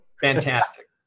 Fantastic